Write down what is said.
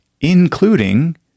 including